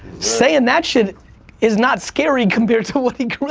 saying that shit is not scary compared to what he really,